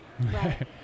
Right